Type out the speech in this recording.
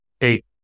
Eight